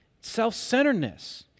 self-centeredness